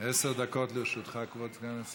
קביעת תאגיד שאינו מדווח או שותפות כחברת שכבה) של חברת